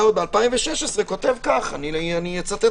שאני כבר יודע מה אתה הולך להגיד,